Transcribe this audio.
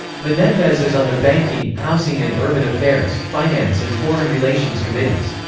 menendez is on the banking, housing and urban affairs, finance and foreign relations committees.